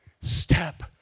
step